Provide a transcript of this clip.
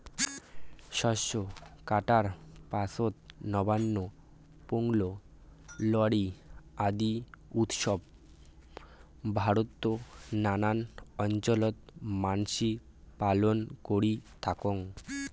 শস্য কাটার পাছত নবান্ন, পোঙ্গল, লোরী আদি উৎসব ভারতত নানান অঞ্চলত মানসি পালন করি থাকং